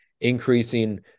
increasing